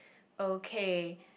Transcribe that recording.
okay